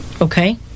Okay